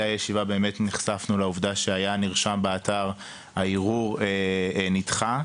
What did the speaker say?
הישיבה נחשפנו לעובדה שהיה נרשם באתר והערעור נדחה,